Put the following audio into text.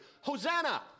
Hosanna